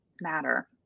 matter